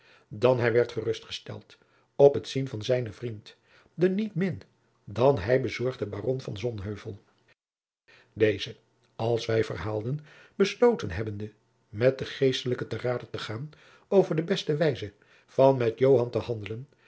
dan hij werd gerust gesteld op het zien van zijnen vriend den niet min dan hij bezorgden baron van sonheuvel deze als wij verhaalden besloten hebbende met den geestelijke te rade te gaan over de beste wijze van met joan te handelen